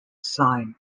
sign